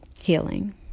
Healing